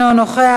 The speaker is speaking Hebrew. אינו נוכח.